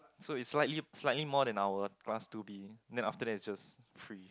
so is slightly slight more than our class two B then after that is just free